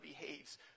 behaves